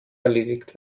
erledigt